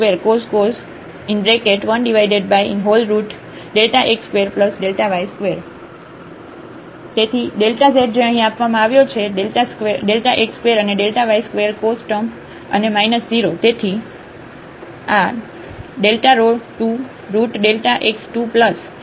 zf0x0y f00 x2y2cos 1x2y2 તેથી z જે અહીં આપવામાં આવ્યો છે xસ્ક્વેર અને yસ્ક્વેર કોસ ટૅમ અને 0 તેથી અને આ rh 2 રુટ x 2 y2 છે